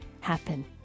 happen